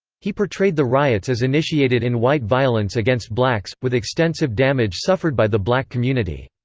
he portrayed the riots as initiated in white violence against blacks, with extensive damage suffered by the black community.